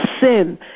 sin